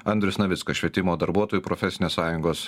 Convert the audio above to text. andrius navickas švietimo darbuotojų profesinės sąjungos